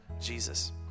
Jesus